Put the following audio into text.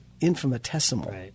Infinitesimal